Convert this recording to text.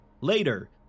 Later